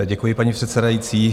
Děkuji, paní předsedající.